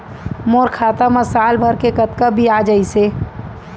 मोर खाता मा साल भर के कतका बियाज अइसे?